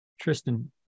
Tristan